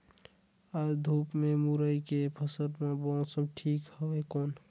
आज धूप हे मुरई के फसल बार मौसम ठीक हवय कौन?